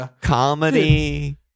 comedy